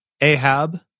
Ahab